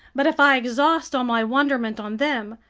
but if i exhaust all my wonderment on them,